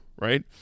right